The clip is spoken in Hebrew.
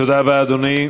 תודה רבה, אדוני.